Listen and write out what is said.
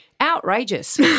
Outrageous